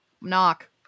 knock